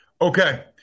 Okay